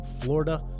Florida